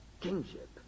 kingship